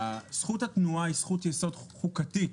זכות התנועה היא זכות-יסוד חוקתית